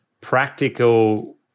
practical